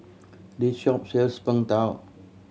this shop sells Png Tao